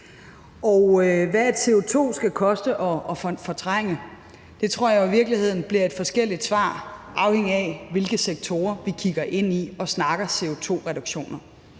1 t CO2 skal koste at fortrænge, tror jeg i virkeligheden der er flere svar på, afhængigt af hvilke sektorer vi kigger ind i i forbindelse med CO2-reduktioner.